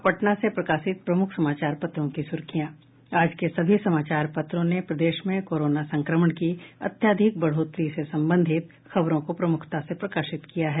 अब पटना से प्रकाशित प्रमुख समाचार पत्रों की सुर्खियां आज के सभी समाचार पत्रों ने प्रदेश में कोरोना संक्रमण की अत्यधिक बढ़ोतरी से संबंधित खबरों को प्रमुखता से प्रकाशित किया है